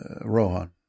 Rohan